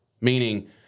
Meaning